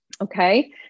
Okay